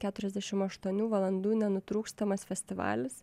keturiasdešim aštuonių valandų nenutrūkstamas festivalis